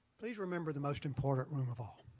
please remember the most important room of all.